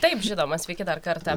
taip žinoma sveiki dar kartą